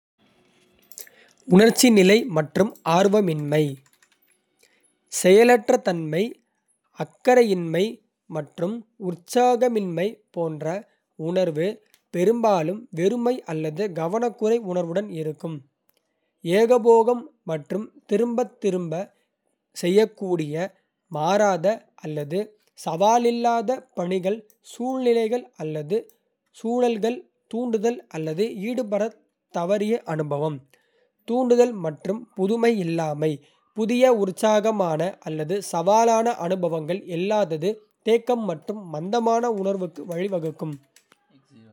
உணர்ச்சி நிலை மற்றும் ஆர்வமின்மை: செயலற்ற தன்மை, அக்கறையின்மை மற்றும் உற்சாகமின்மை போன்ற உணர்வு, பெரும்பாலும் வெறுமை அல்லது கவனக்குறைவு உணர்வுடன் இருக்கும். ஏகபோகம் மற்றும் திரும்பத் திரும்பச் செய்யக்கூடிய, மாறாத அல்லது சவாலில்லாத பணிகள், சூழ்நிலைகள் அல்லது சூழல்கள் தூண்டுதல் அல்லது ஈடுபடத் தவறிய அனுபவம். தூண்டுதல் மற்றும் புதுமை இல்லாமை: புதிய, உற்சாகமான அல்லது சவாலான அனுபவங்கள் இல்லாதது, தேக்கம் மற்றும் மந்தமான உணர்வுக்கு வழிவகுக்கும்.